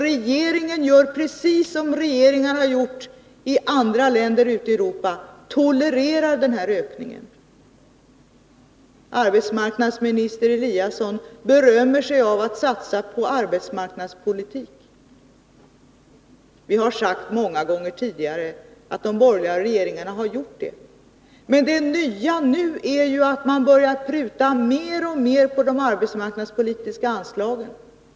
Regeringen gör precis som regeringar gjort i andra länder i Europa: tolererar den här ökningen. Arbetsmarknadsminister Eliasson berömmer sig av att satsa på arbetsmarknadspolitik. Vi har sagt många gånger tidigare att de borgerliga regeringarna gjort det. Men det nya nu är att man börjar pruta mer och mer på de arbetsmarknadspolitiska anslagen.